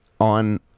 On